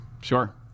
Sure